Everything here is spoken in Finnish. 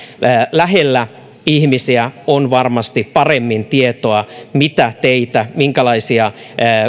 lähellä ihmisiä on varmasti paremmin tietoa mitä teitä minkälaisia